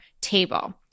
table